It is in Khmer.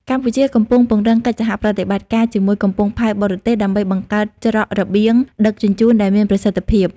កម្ពុជាកំពុងពង្រឹងកិច្ចសហប្រតិបត្តិការជាមួយកំពង់ផែបរទេស ដើម្បីបង្កើតច្រករបៀងដឹកជញ្ជូនដែលមានប្រសិទ្ធភាព។